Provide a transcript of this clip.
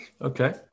Okay